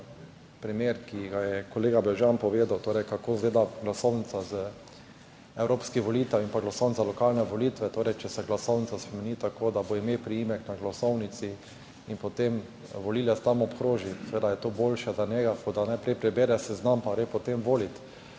primer, ki ga je kolega Brežan povedal, torej kako izgleda glasovnica z evropskih volitev in pa glasovnica za lokalne volitve. Torej če se glasovnica spremeni tako, da bo ime, priimek na glasovnici in potem volivec tam obkroži, je seveda to boljše za njega, kot da najprej prebere seznam pa gre potem volit.